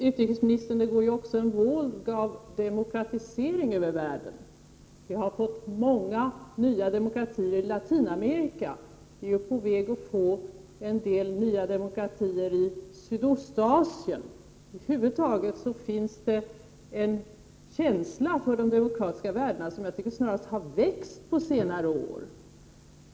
Herr talman! Men det går ju också, utrikesministern, en våg av demokratisering över världen. Vi har fått många nya demokratier i Latinamerika, och vi är på väg att få en del nya demokratier i Sydostasien. Över huvud taget finns det en känsla för de demokratiska värdena, en känsla som jag tycker snarast har växt under senare år.